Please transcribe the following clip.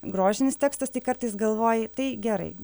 grožinis tekstas tai kartais galvoji tai gerai